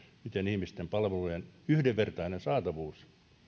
miten ihmisten palvelujen yhdenvertainen saatavuus